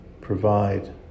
provide